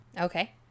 Okay